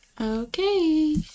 Okay